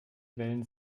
wählen